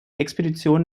expeditionen